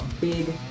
big